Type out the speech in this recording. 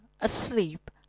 asleep